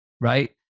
right